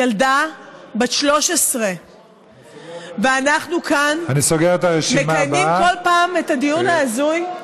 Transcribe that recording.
ילדה בת 13. ואנחנו כאן מקיימים כל פעם את הדיון ההזוי,